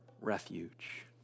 refuge